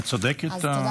אז תודה רבה.